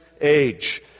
age